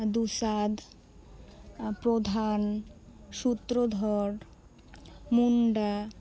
Dusadh Pradhan Sutradhar Munda